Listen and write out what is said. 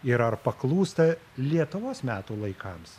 ir ar paklūsta lietuvos metų laikams